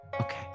okay